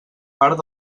part